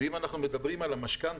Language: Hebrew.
ואם אנחנו מדברים על המשכנתא,